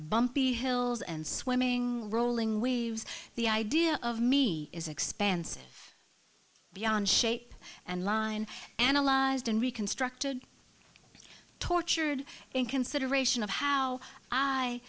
bumpy hills and swimming rolling waves the idea of me is expansive beyond shape and line analyzed and reconstructed tortured in consideration of how i